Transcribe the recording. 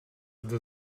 zde